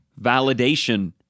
validation